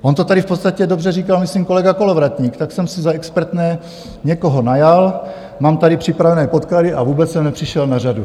On to tady v podstatě dobře říkal myslím kolega Kolovratník: tak jsem si za expertné někoho najal, mám tady připravené podklady, a vůbec jsem nepřišel na řadu.